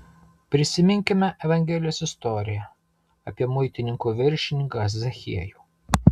prisiminkime evangelijos istoriją apie muitininkų viršininką zachiejų